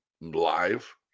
live